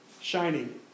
shining